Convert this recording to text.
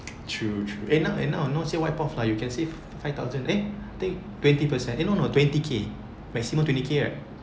true true and not and not say wipe off lah you can save five thousand eh take twenty percent you know twenty K maximum twenty K right